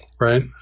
right